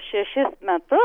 šešis metu